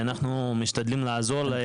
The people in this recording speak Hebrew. אנחנו משתדלים לעזור להם.